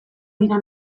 dira